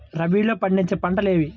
రబీలో పండించే పంటలు ఏవి?